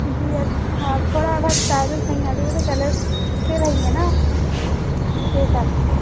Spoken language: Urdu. جی ہاں تھوڑا بہت چارجز ہوں گا وہ تو کلرس کے رہیں گے نا اس کے حساب سے